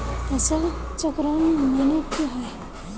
फसल चक्रण माने की होय?